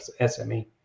SME